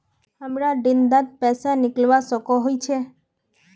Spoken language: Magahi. हमरा दिन डात पैसा निकलवा सकोही छै?